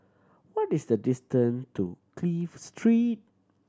what is the distant to Clive Street